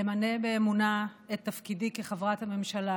למלא באמונה את תפקידי כחברת הממשלה